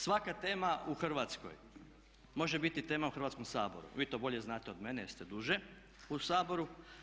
Svaka tema u Hrvatskoj može biti tema u Hrvatskom saboru, vi to bolje znate od mene jer ste duže u Saboru.